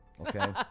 Okay